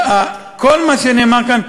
כל מה שנאמר כאן,